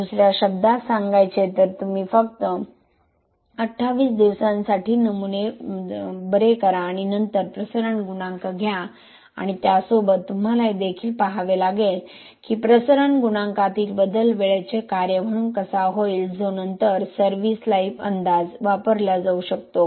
दुस या शब्दात सांगायचे तर तुम्ही फक्त 28 दिवसांसाठी नमुने बरे करा आणि नंतर प्रसरण गुणांक घ्या आणि त्यासोबत तुम्हाला हे देखील पहावे लागेल की प्रसरण गुणांकातील बदल वेळेचे कार्य म्हणून कसा होईल जो नंतर सर्व्हीस लाईफ अंदाज वापरला जाऊ शकतो